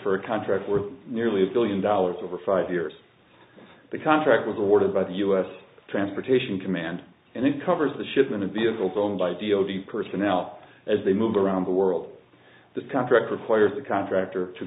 for a contract worth nearly a billion dollars over five years the contract was awarded by the u s transportation command and it covers the shipment of vehicles owned by d o t person out as they move around the world the contract requires the contractor to